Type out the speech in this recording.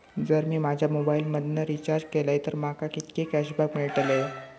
जर मी माझ्या मोबाईल मधन रिचार्ज केलय तर माका कितके कॅशबॅक मेळतले?